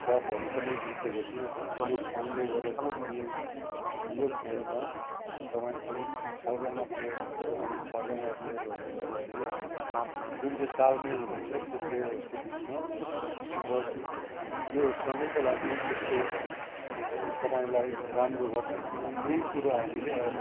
कपहरू पनि जितेको छु यो खेलले गर्दाखेरि अनि यो खेलमा तपाईँको छजना प्लेयर हुन्छ अनि छजना प्लेयरले गर्दाखेरि हाम्रो जुन चाहिँ तालमेल हुन्छ त्यो प्लेयरहरूको बिचमा र यो सधैँको लागि यस्तो तपाईँलाई राम्रो गर्छ किनभने यही कुरो हामीले